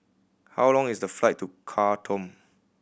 how long is the flight to Khartoum